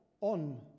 on